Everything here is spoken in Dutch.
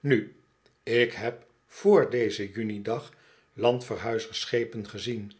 nu ik heb vr dezen junidag landverhuizersschepen gezien